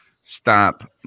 stop